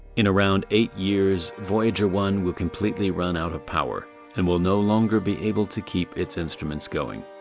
in around eight years, voyager one will completely run out of power and will no longer be able to keep it's instruments going.